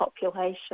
population